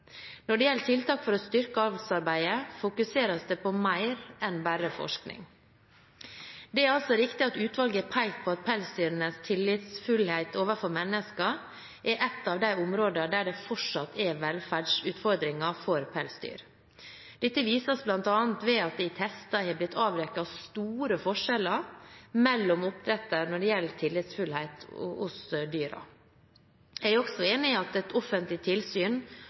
Når det gjelder tiltak for å styrke avlsarbeidet, fokuseres det på mer enn bare forskning. Det er altså riktig at utvalget har pekt på at pelsdyrenes tillitsfullhet overfor mennesker er et av de områder der det fortsatt er velferdsutfordringer for pelsdyr. Dette vises bl.a. ved at det i tester har blitt avdekket store forskjeller mellom oppdrettere når det gjelder tillitsfullhet hos dyrene. Jeg er også enig i at et offentlig tilsyn